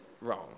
wrong